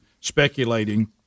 speculating